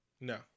no